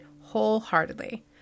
wholeheartedly